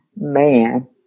man